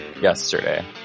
yesterday